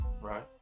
right